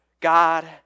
God